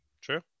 True